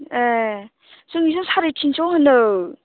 ए जोंनिजों साराय थिनस' होनो